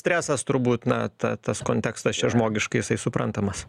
stresas turbūt na ta tas kontekstas čia žmogiškai jisai suprantamas